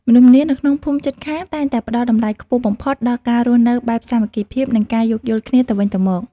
មនុស្សម្នានៅក្នុងភូមិជិតខាងតែងតែផ្ដល់តម្លៃខ្ពស់បំផុតដល់ការរស់នៅបែបសាមគ្គីភាព និងការយោគយល់គ្នាទៅវិញទៅមក។